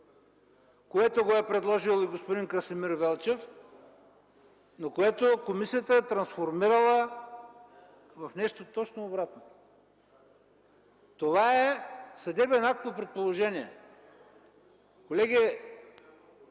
което е предложил и господин Красимир Велчев, но което комисията е трансформирала в нещо точно обратно. Това е съдебен акт по предположение. Колеги,